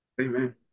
Amen